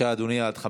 הראשון שהבאתם.